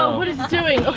what is he doing?